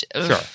Sure